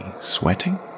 sweating